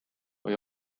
või